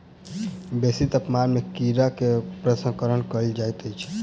बेसी तापमान में कीड़ा के प्रसंस्करण कयल जाइत अछि